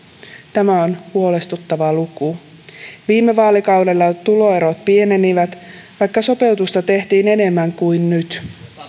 tämä on huolestuttava luku viime vaalikaudella tuloerot pienenivät vaikka sopeutusta tehtiin enemmän kuin nyt